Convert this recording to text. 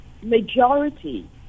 majority